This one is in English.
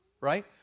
right